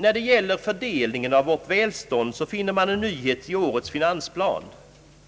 När det gäller fördelningen av vårt välstånd finner man en nyhet i årets finansplan.